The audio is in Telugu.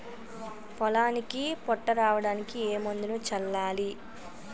పొలానికి పొట్ట రావడానికి ఏ మందును చల్లాలి?